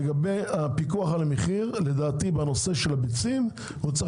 לגבי הפיקוח על המחיר בנושא הביצים: לדעתי הוא צריך